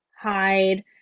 hide